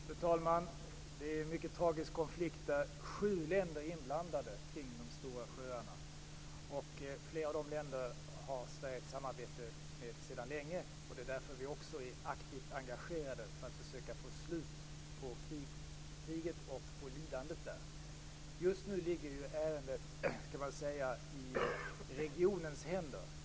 Fru talman! Det är en mycket tragisk konflikt där sju länder kring de Stora sjöarna är inblandade. Sverige har sedan länge ett samarbete med flera av dessa länder. Det är därför som vi också är aktivt engagerade för att försöka att få slut på kriget och på lidandet där. Just nu ligger ärendet i regionens händer.